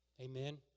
Amen